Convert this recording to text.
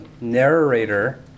narrator